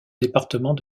département